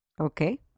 okay